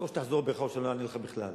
אז או שתחזור בך או שלא אענה לך בכלל.